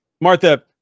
Martha